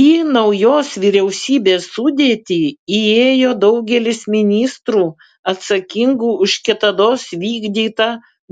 į naujos vyriausybės sudėtį įėjo daugelis ministrų atsakingų už kitados vykdytą